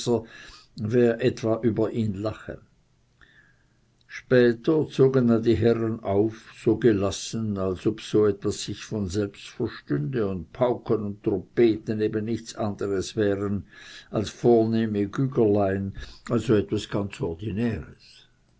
bullenbeißer später zogen dann die herren auf so gelassen als ob so etwas sich von selbst verstünde und pauken und trompeten eben nichts anderes wären als vornehme gügerlein also etwas ganz ordinäres